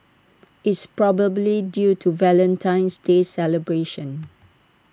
it's probably due to Valentine's day celebrations